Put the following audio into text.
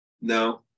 No